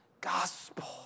gospel